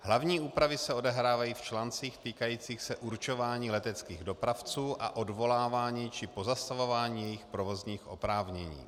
Hlavní úpravy se odehrávají v článcích týkajících se určování leteckých dopravců a odvolávání či pozastavování jejich provozních oprávnění.